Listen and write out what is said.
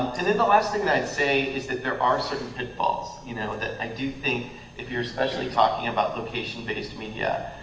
and then the last thing that i'd say is that there are certain pitfalls you know that i do think if you're especially talking about location-based media,